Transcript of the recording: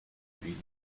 ville